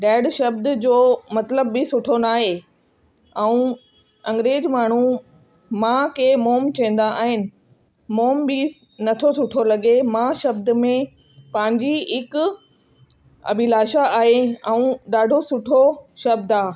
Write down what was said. dad शब्द जो मतिलब बि सुठो न आहे ऐं अंग्रेज माण्हू माउ खे मॉम चवंदा आहिनि मॉम बि नथो सुठो लॻे माउ शब्द में पंहिंजी हिकु अभिलाषा आहे ऐं ॾाढो सुठो शब्द आहे